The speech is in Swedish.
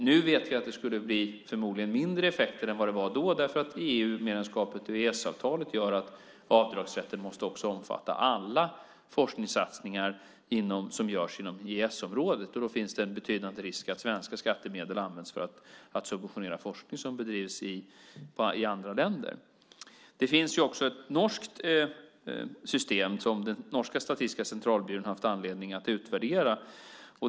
Nu vet vi att det förmodligen skulle bli mindre effekter än vad det var då, därför att EU-medlemskapet och EES-avtalet gör att avdragsrätten måste omfatta alla forskningssatsningar som görs inom EES-området. Då finns det en betydande risk att svenska skattemedel används för att subventionera forskning som bedrivs i andra länder. Det finns också ett norskt system, som den norska statistiska centralbyrån haft anledning att utvärdera.